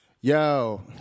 yo